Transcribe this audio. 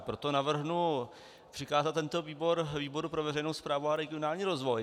Proto navrhnu přikázat tento výbor výboru pro veřejnou správu a regionální rozvoj.